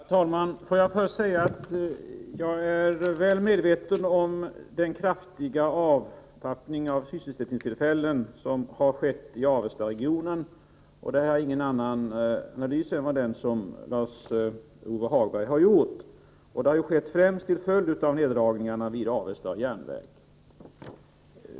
Herr talman! Låt mig först säga att jag är väl medveten om den kraftiga avtappning av sysselsättningstillfällen som har skett i Avestaregionen. På den punkten har jag ingen annan analys än den som Lars-Ove Hagberg har gjort. Detta har skett främst till följd av neddragningarna vid Avesta järnverk.